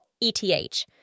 ETH